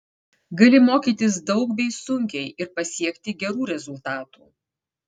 gali mokytis daug bei sunkiai ir pasiekti gerų rezultatų